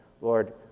lord